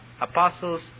apostles